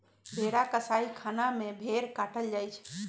भेड़ा कसाइ खना में भेड़ काटल जाइ छइ